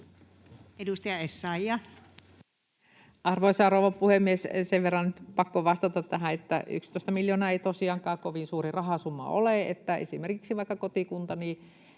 19:53 Content: Arvoisa rouva puhemies! Sen verran on pakko vastata tähän, että 11 miljoonaa ei tosiaankaan kovin suuri rahasumma ole: esimerkiksi vaikka kotikuntani